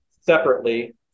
separately